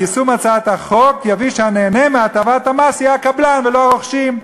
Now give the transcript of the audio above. יישום הצעת החוק יביא לכך שהנהנה מהטבת המס יהיה הקבלן ולא הרוכשים.